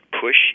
push